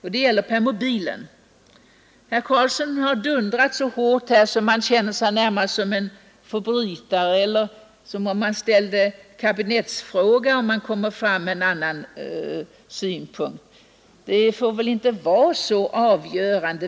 Herr Karlsson har dundrat så hårt, att man känner sig närmast som en förbrytare eller som om han skulle ställa kabinettsfråga, om det kommer fram andra synpunkter än majoritetens.